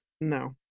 No